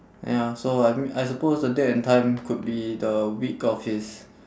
ya so I m~ suppose the date and time could be the week of his